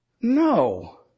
No